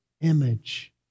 image